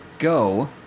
go